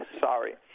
Sorry